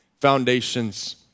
foundations